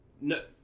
no